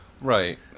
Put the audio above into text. Right